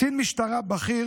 קצין משטרה בכיר